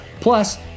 Plus